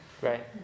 Right